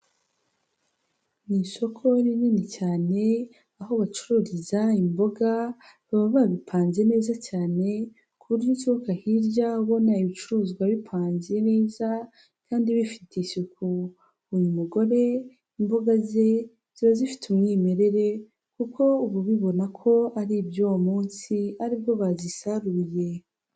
Mu isoko rinini cyane, aho bacururiza imboga baba babipanze neza cyane, ku buryo usohoka hirya ubona ibicuruzwa bipanzi neza kandi bifite isuku. uyu mugore imbuga ze ziba zifite umwimerere, kuko uba ubibona ko ari iby'uwo munsi, ari bwo bazisaruye.